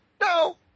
No